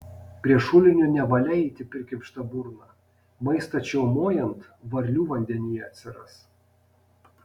prie šulinio nevalia eiti prikimšta burna maistą čiaumojant varlių vandenyje atsiras